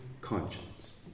conscience